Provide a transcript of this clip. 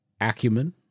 acumen